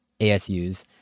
asus